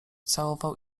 całował